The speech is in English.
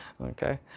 Okay